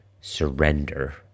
surrender